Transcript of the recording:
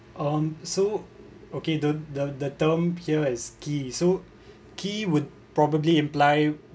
um so okay the the the term here is key so key would probably imply